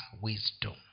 wisdom